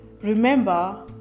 Remember